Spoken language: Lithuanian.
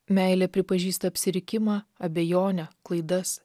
meilė pripažįsta apsirikimą abejonę klaidas